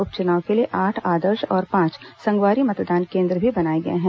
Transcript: उप चुनाव के लिए आठ आदर्श और पांच संगवारी मतदान केन्द्र भी बनाए गए हैं